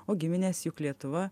o giminės juk lietuva